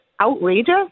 outrageous